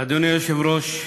אדוני היושב-ראש,